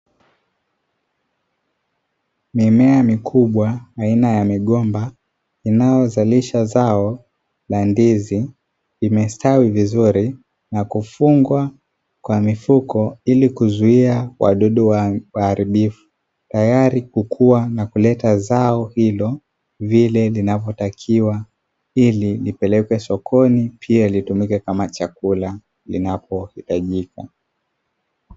Mimea mikubwa aina ya migomba, inayozalisha zao la ndizi, imestawi vizuri na kufungwa kwa mifuko ili kuzuia wadudu waharibifu, tayari kukua na kuleta zao hilo vile linavyotakiwa, ili lipelekwe sokoni, pia litumike kama chakula linapohitajika.